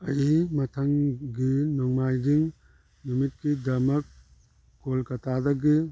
ꯑꯩ ꯃꯊꯪꯒꯤ ꯅꯣꯡꯃꯥꯏꯖꯤꯡ ꯅꯨꯃꯤꯠꯀꯤꯗꯃꯛ ꯀꯣꯜꯀꯥꯇꯥꯗꯒꯤ